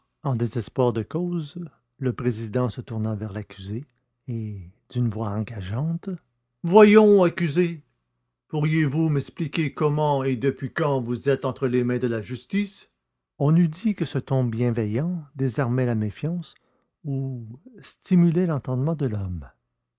en désespoir de cause le président se tourna vers l'accusé et d'une voix engageante voyons accusé pourriez-vous m'expliquer comment et depuis quand vous êtes entre les mains de la justice on eût dit que ce ton bienveillant désarmait la méfiance ou stimulait l'entendement de l'homme